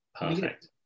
perfect